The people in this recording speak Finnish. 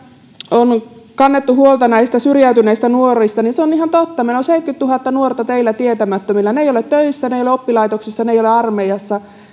on kannettu huolta syrjäytyneistä nuorista se on ihan totta meillä on seitsemänkymmentätuhatta nuorta teillä tietämättömillä he eivät ole töissä he eivät ole oppilaitoksissa he eivät ole armeijassa